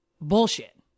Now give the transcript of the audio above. bullshit